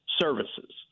Services